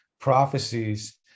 prophecies